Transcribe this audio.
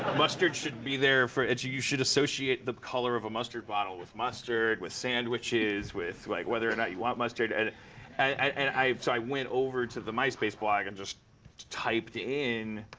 mustard should be there for and you you should associate the color of a mustard bottle with mustard, with sandwiches, with like whether or not you want mustard. and so i went over to the myspace blog, and just typed in,